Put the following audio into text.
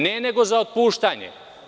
Ne, neko za otpuštanje.